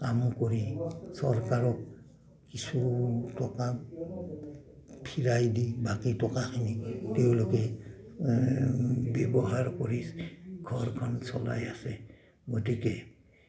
কাম কৰি চৰকাৰক কিছু টকা ফিৰাই দি বাকী টকাখিনি তেওঁলোকে ব্যৱহাৰ কৰি ঘৰখন চলাই আছে গতিকে